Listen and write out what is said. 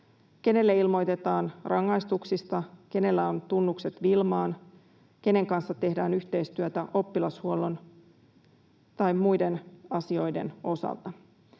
Kenelle ilmoitetaan rangaistuksista, kenellä on tunnukset Wilmaan, kenen kanssa tehdään yhteistyötä oppilashuollon tai muiden asioiden osalta?